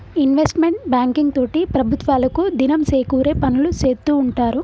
investment banking తోటి ప్రభుత్వాలకు దినం సేకూరే పనులు సేత్తూ ఉంటారు